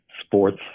sports